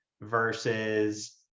versus